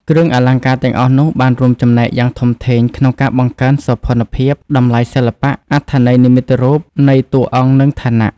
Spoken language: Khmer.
គ្រឿងអលង្ការទាំងអស់នោះបានរួមចំណែកយ៉ាងធំធេងក្នុងការបង្កើនសោភ័ណភាព តម្លៃសិល្បៈ អត្ថន័យនិមិត្តរូបនៃតួអង្គ និងឋានៈ។